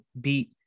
beat